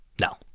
No